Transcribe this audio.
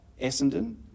Essendon